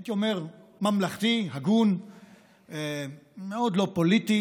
הייתי אומר, ממלכתי, הגון ומאוד לא פוליטי